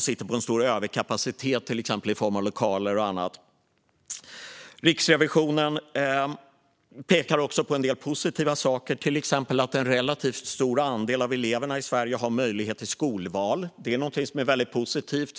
sitter på en stor överkapacitet i form av lokaler och annat. Riksrevisionen pekar också på en del positiva saker, till exempel att en relativt stor andel av eleverna i Sverige har möjlighet att göra skolval. Det är väldigt positivt.